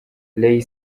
ray